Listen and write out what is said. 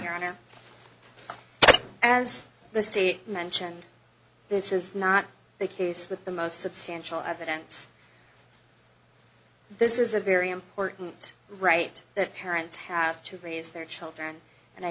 great honor as the state mentioned this is not the case with the most substantial evidence this is a very important right that parents have to raise their children and i